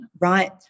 right